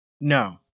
No